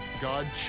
God